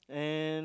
and